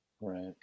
Right